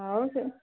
ହଉ ସେ